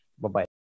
Bye-bye